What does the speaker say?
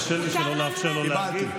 קשה לי שלא לאפשר לו להגיב.